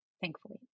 thankfully